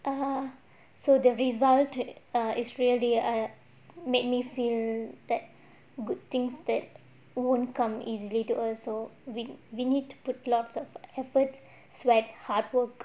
err so the result is really err made me feel that good things that won't come easily to us so we we need to put lots of efforts sweat hardwork